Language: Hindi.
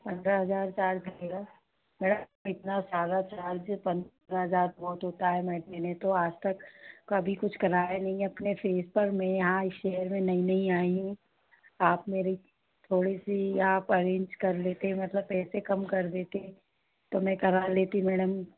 पंद्रह हज़ार चार्ज लगेगा मैम इतना ज़्यादा चार्ज पंद्रह हज़ार बहुत होता है मैं अकेली आज तक कभी कुछ कराया नहीं है अपने फैस पर मैं यहाँ इस शहर में नई आई हूँ आप मेरा थोड़ा सा आप अरेंज कर लेते हैं मतलब पेसे कम कर देती तो मैं करा लेती मैडम